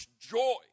joy